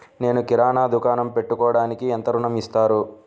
నేను కిరాణా దుకాణం పెట్టుకోడానికి ఎంత ఋణం ఇస్తారు?